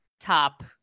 top